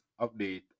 update